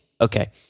Okay